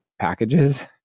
packages